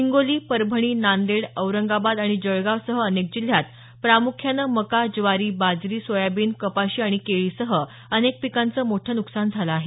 हिंगोली परभणी नांदेड औरंगाबाद आणि जळगावसह अनेक जिल्ह्यांत प्रामुख्यानं मका ज्वारी बाजरी सोयाबीन कपाशी आणि केळीसह अनेक पिकांचं मोठं नुकसान झालं आहे